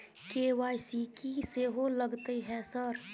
KYC की सेहो लगतै है सर?